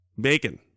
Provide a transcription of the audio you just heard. Bacon